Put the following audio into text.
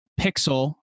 pixel